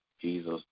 Jesus